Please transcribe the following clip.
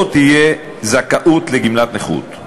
לא תהיה זכאות לגמלת נכות,